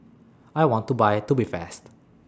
I want to Buy Tubifast